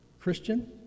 Christian